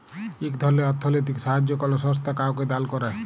ইক ধরলের অথ্থলৈতিক সাহাইয্য কল সংস্থা কাউকে দাল ক্যরে